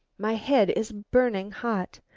my head is burning hot.